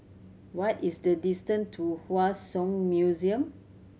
what is the distant to Hua Song Museum